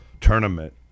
tournament